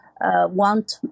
want